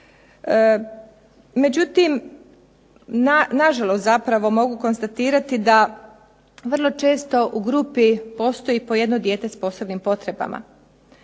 Nažalost, mogu konstatirati da vrlo često u grupi postoji po jedno dijete s posebnim potrebama.